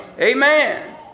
Amen